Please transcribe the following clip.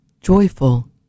joyful